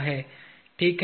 ठीक है